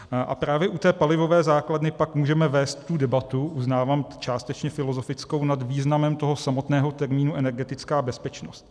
A právě u té palivové základny pak můžeme vést tu debatu, uznávám, částečně filozofickou, nad významem toho samotného termínu energetická bezpečnost.